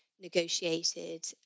negotiated